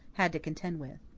had to contend with.